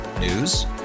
News